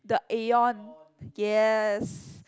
the Aeon yes